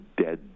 dead